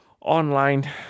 online